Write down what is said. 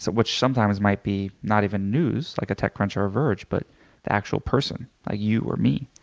so which sometimes might be not even news, like a tech crunch or a verge, but the actual person a you or me.